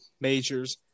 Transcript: majors